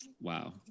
Wow